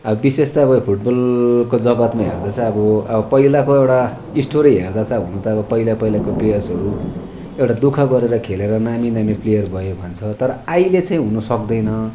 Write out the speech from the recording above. अब विशेषतः अब यो फुटबलको जगत्मा हेर्दा चाहिँ अब अब पहिलाको एउटा स्टोरी हेर्दा चाहिँ अब हुनु त अब पहिला पहिलाको प्लेयर्सहरू एउटा दुःख गरेर खेलेर नामी नामी प्लेयर भयो भन्छ तर अहिले चाहिँ हुनसक्दैन